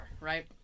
right